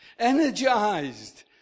energized